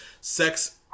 sex